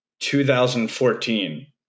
2014